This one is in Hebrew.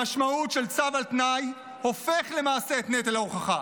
המשמעות של צו על תנאי הופך למעשה את נטל ההוכחה.